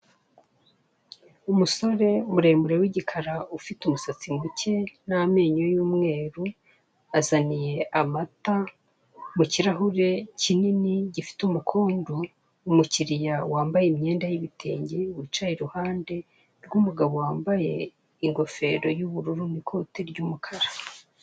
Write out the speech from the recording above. Umusore muremure w'igikara ufite umusatsi muke n'amenyo y'umweru azaniye amata mu kirahure kinini gifite umukondo umukiriya wambaye imyenda y'ibitenge wicaye iruhande rw'umugabo wambaye ingofero y'ubururu n'ikote ry'umukara.